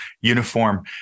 uniform